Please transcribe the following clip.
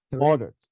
ordered